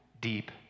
deep